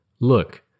Look